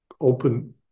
open